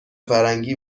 فرنگی